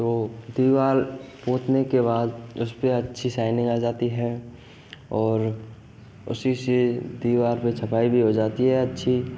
तो दिवार पोतने के बाद उस पर अच्छी साइनिंग आ जाती है और उसी से दीवार पर छपाई भी हो जाती है अच्छी